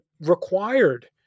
required